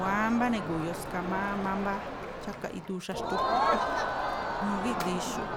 Wámbá negu̱u̱ yoska má mámbá chákaꞌ iduu xaxtu, nu̱gídi̱i xu̱ꞌ